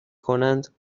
کنند